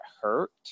hurt